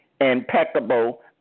impeccable